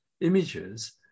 images